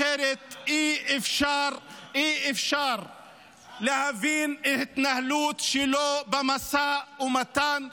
אחרת אי-אפשר להבין את ההתנהלות שלו במשא ומתן.